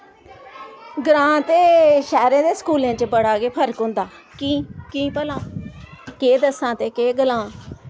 ग्रां ते शैह्रें दे स्कूलें च बड़ा गै फर्क होंदा की कि भला केह् दस्सां ते केह् गलांऽ